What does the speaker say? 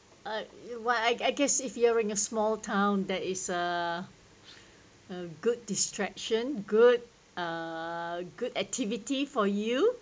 I well I guess if you're in a small town there is uh a good distraction good uh good activity for you